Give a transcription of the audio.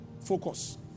focus